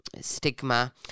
stigma